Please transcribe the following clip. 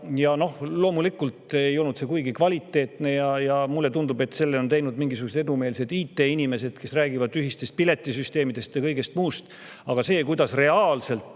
läbi. Loomulikult ei olnud see kuigi kvaliteetne ja mulle tundub, et selle on teinud mingisugused edumeelsed IT-inimesed, kes räägivad ühisest piletisüsteemist ja kõigest muust. Aga selle kohta, kuidas